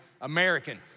American